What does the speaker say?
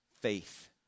faith